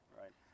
right